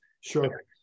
Sure